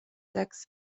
taxes